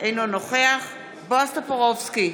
אינו נוכח בועז טופורובסקי,